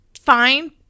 fine